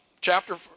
chapter